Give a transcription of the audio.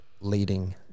leading